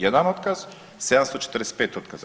Jedan otkaz, 745 otkaza.